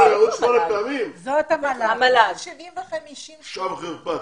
תאמינו לי, בושה וחרפה.